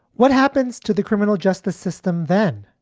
what happens to the criminal justice system then?